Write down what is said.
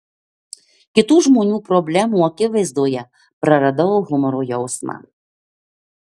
kitų žmonių problemų akivaizdoje praradau humoro jausmą